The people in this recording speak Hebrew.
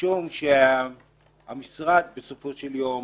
משום שהמשרד בסופו של יום